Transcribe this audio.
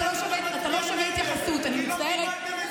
אתה לא שווה התייחסות, אני מצטערת.